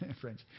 friends